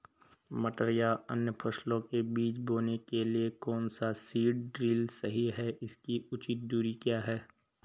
मटर या अन्य फसलों के बीज बोने के लिए कौन सा सीड ड्रील सही है इसकी उचित दूरी क्या है?